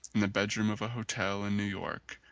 in the bedroom of a hotel in new york,